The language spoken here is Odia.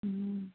ହୁଁ